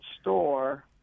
store